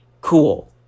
cool